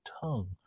tongue